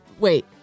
Wait